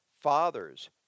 fathers